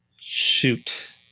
Shoot